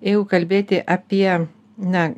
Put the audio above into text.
jeigu kalbėti apie na